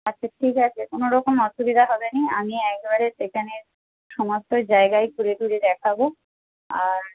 আচ্ছা ঠিক আছে কোনো রকম অসুবিধা হবে না আমি একবারে সেখানের সমস্ত জায়গায় ঘুরে টুরে দেখাবো আর